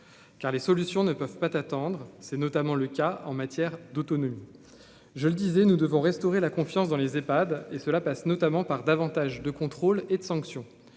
car les solutions ne peuvent pas attendre, c'est notamment le cas en matière d'autonomie, je le disais, nous devons restaurer la confiance dans les EPHAD et cela passe notamment par davantage de contrôle et de sanction